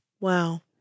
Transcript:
Wow